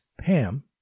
Pam